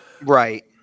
Right